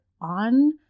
on